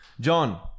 John